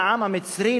לעם המצרי,